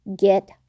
get